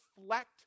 reflect